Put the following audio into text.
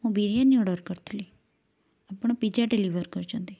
ମୁଁ ବିରିୟାନୀ ଅର୍ଡ଼ର କରିଥିଲି ଆପଣ ପିଜା ଡେଲିଭର୍ କରିଛନ୍ତି